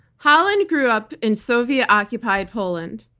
holland grew up in soviet-occupied poland.